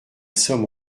somme